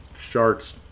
sharks